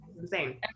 insane